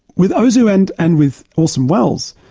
with ozu and and with orson welles,